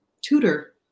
tutor